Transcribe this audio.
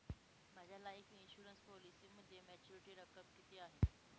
माझ्या life insurance पॉलिसीमध्ये maturity रक्कम किती आहे?